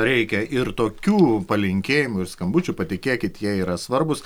reikia ir tokių palinkėjimų ir skambučių patikėkit jie yra svarbūs